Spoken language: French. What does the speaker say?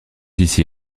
ici